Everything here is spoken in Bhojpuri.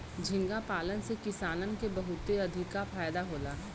झींगा पालन से किसानन के बहुते अधिका फायदा होला